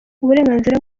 uburenganzira